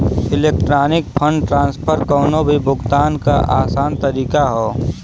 electronic fund transfer कउनो भी भुगतान क आसान तरीका हौ